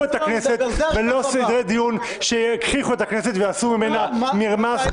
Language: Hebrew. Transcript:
את הכנסת ולא סדרי דיון שיגחיכו את הכנסת ויעשו ממנה מרמס,